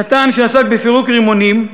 נתן, שעסק בפירוק רימונים,